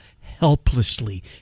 helplessly